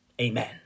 amen